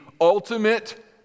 ultimate